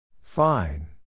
Fine